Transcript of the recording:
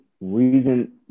reason